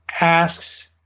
asks